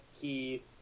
Keith